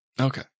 okay